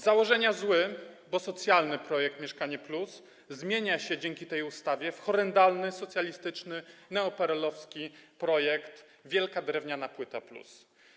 Z założenia zły, bo socjalny projekt „Mieszkanie+” zmienia się dzięki tej ustawie w horrendalny, socjalistyczny, neopeerelowski projekt „Wielka Drewniana Płyta+”